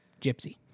Gypsy